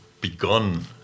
begun